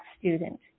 student